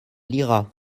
lira